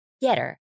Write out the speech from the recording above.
Getter